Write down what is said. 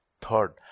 Third